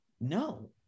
No